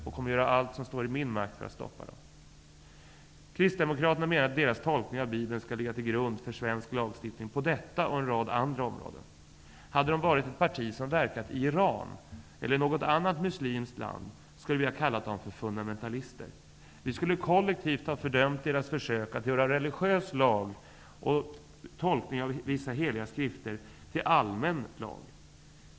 Jag kommer att göra allt som står i min makt för att stoppa dem. Kristdemokraterna menar att deras tolkning av Bibeln skall ligga till grund för svensk lagstiftning på detta och en rad andra områden. Hade de varit ett parti som verkat i Iran eller något annat muslimskt land skulle vi ha kallat dem för fundamentalister. Vi skulle kollektivt ha fördömt deras försök att göra religiös lag och tolkning av vissa heliga skrifter till allmän lag.